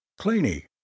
Cleany